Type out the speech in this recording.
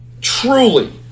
truly